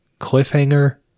Cliffhanger